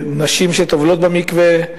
בוודאי לנשים שטובלות במקווה,